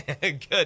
Good